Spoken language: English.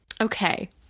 okay